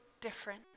different